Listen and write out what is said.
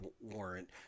warrant